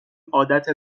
عادت